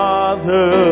Father